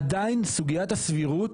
עדיין סוגיית הסבירות